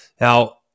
Now